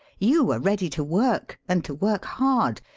you are ready to work, and to work hard,